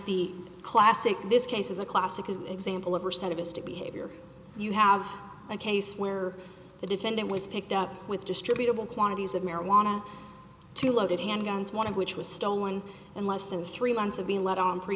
the classic this case is a classic example of percent of us to behavior you have a case where the defendant was picked up with distributable quantities of marijuana to loaded handguns one of which was stolen and less than three months of being let on